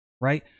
Right